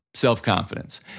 Self-confidence